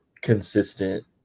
consistent